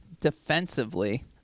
defensively